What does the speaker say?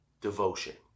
devotion